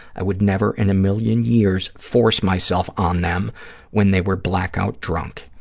i would never in a million years force myself on them when they were black-out drunk.